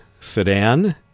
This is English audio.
sedan